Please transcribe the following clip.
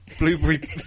Blueberry